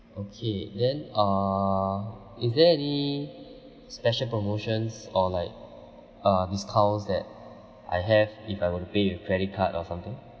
okay then uh is there any special promotions or like uh discounts that I have if I were to pay with credit card or something